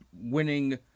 winning